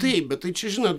taip bet tai čia žino